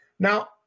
Now